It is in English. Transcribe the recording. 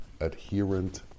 adherent